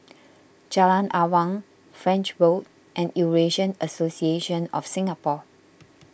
Jalan Awang French Road and Eurasian Association of Singapore